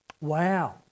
Wow